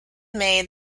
made